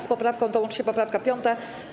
Z poprawką tą łączy się poprawka 5.